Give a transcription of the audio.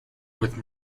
with